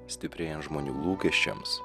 stiprėjant žmonių lūkesčiams